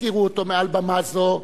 יזכירו אותו מעל במה זו,